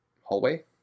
hallway